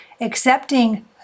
Accepting